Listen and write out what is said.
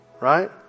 Right